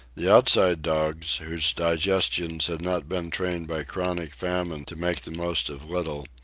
the outside dogs, whose digestions had not been trained by chronic famine to make the most of little,